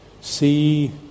see